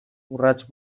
urrats